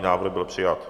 Návrh byl přijat.